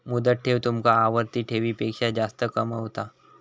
मुदत ठेव तुमका आवर्ती ठेवीपेक्षा जास्त कमावता